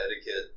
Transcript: etiquette